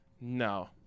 no